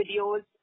videos